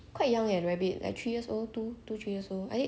like 一年 that time like one year only mm